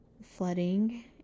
Flooding